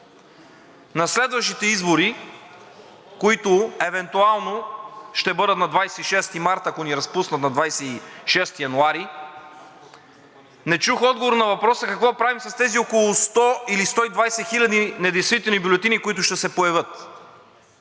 На следващите избори, които евентуално ще бъдат на 26 март, ако ни разпуснат на 26 януари, не чух отговор на въпроса: какво правим с тези около 100 или 120 хиляди недействителни бюлетини, които ще се появят,